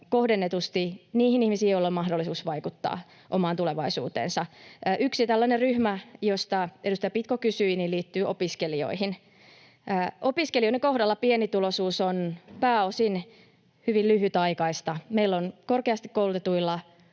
kohdennetusti niihin ihmisiin, joilla on mahdollisuus vaikuttaa omaan tulevaisuuteensa. Yksi tällainen ryhmä, josta edustaja Pitko kysyi, liittyy opiskelijoihin. Opiskelijoiden kohdalla pienituloisuus on pääosin hyvin lyhytaikaista. Meillä on korkeasti koulutetuilla